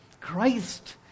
Christ